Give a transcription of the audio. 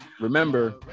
Remember